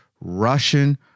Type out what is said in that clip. Russian